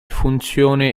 funzione